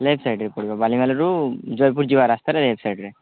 left ସାଇଡ଼୍ରେ ପଡ଼ିବ ବାଲିମେଳାରୁ ଜୟପୁର ଯିବା ରାସ୍ତାରେ ଲେଫ୍ଟ ସାଇଡ଼୍ରେ